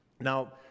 Now